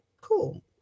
cool